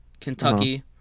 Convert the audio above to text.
Kentucky